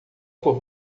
por